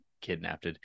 kidnapped